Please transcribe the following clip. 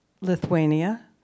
Lithuania